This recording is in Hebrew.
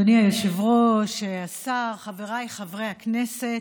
אדוני היושב-ראש, השר, חבריי חברי הכנסת,